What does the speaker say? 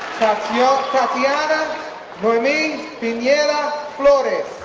yeah ah tatiana noemi pineda flores